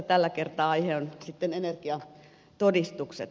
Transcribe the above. tällä kertaa aihe on sitten energiatodistukset